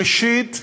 ראשית,